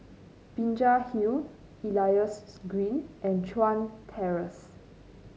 Binjai Hill Elias Green and Chuan Terrace